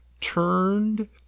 turned